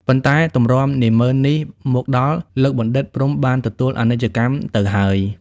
ប៉ុន្តែទម្រាំនាហ្មឺននេះមកដល់ លោកបណ្ឌិត ព្រហ្មបានទទួលអនិច្ចកម្មទៅហើយ ។